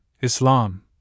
Islam